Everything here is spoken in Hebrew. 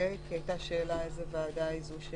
כי הייתה שאלה על שולחנה של איזו ועדה זה מובא.